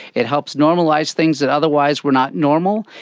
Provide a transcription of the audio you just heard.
it helps normalise things that otherwise were not normal.